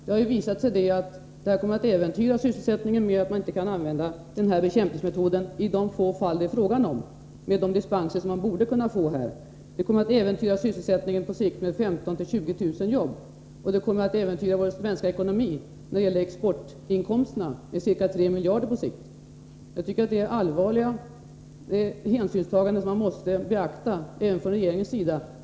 Det förhållandet att man inte kan använda denna bekämpningsmetod i de få fall det är fråga om med de dispenser som man borde kunna få äventyrar sysselsättningen på sikt med 15 000-20 000 jobb och vår svenska ekonomi när det gäller exportinkomsterna med ca 3 miljarder kronor. Det är allvarliga hänsynstaganden som även regeringen måste beakta.